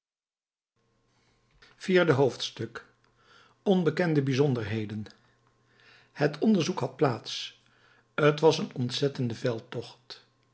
vierde hoofdstuk onbekende bijzonderheden het onderzoek had plaats t was een ontzettende